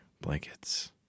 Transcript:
blankets